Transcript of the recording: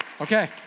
Okay